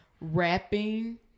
Rapping